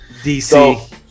DC